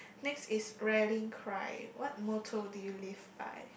next is rallying cry what motto do you live by